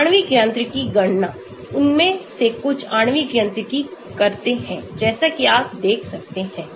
आणविक यांत्रिकी गणना उनमें से कुछ आणविक यांत्रिकी करते हैं जैसा कि आप देख सकते हैं